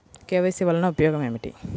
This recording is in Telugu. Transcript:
కే.వై.సి వలన ఉపయోగం ఏమిటీ?